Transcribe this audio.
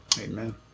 amen